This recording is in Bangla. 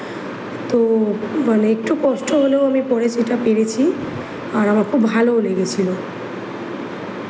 তো মানে একটু কষ্ট হলেও আমি পরে সেটা পেরেছি আর আমার খুব ভালোও লেগেছিলো